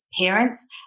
parents